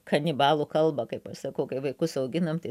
kanibalų kalbą kaip aš sakau kai vaikus auginam tai